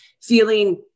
feeling